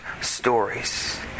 stories